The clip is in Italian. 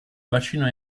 bacino